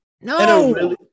no